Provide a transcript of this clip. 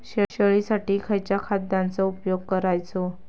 शेळीसाठी खयच्या खाद्यांचो उपयोग करायचो?